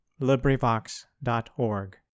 LibriVox.org